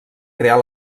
crear